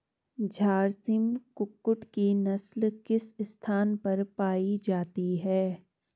झारसिम कुक्कुट की नस्ल किस स्थान पर पाई जाती है?